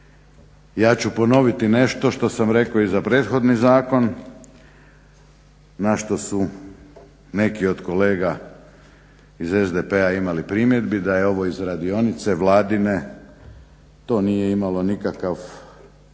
Ja ću ponoviti nešto što sam rekao i za prethodni zakon na što su neki od kolega iz SDP-a imali primjedbi da je ovo iz radionice vladine. To nije imalo nikakav posebni